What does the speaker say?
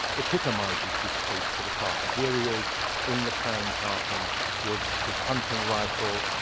epitomizes this taste for the tartan. here he is in the clan tartan with his hunting rifle,